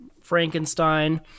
Frankenstein